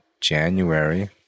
january